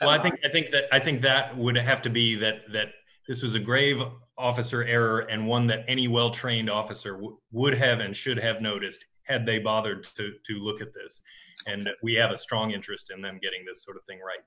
so i think i think that i think that would have to be that this was a grave officer error and one that any well trained officer would have and should have noticed and they bothered to look at this and we have a strong interest in them getting this thing right